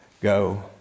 go